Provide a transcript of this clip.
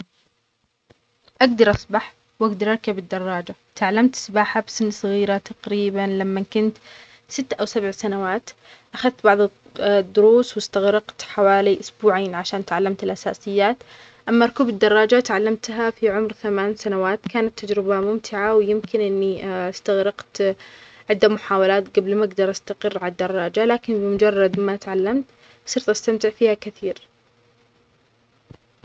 أقدر أسبح و أقدر أركب الدراجة. تعلمت السباحة بسن صغيرة تقريباً لما كنت ستة أو سبع سنوات. أخذت بعض الد-الدروس واستغرقت حوالي أسبوعين عشان تعلمت الأساسيات. أما ركوب الدراجة تعلمتها في عمر ثمان سنوات. كانت تجربة ممتعة ويمكن أني استغرقت عدة محاولات قبل ما أقدر أستقر على الدراجة. لكن بمجرد ما تعلمت صرت بستمتع فيها كثير.